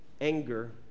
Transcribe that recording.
anger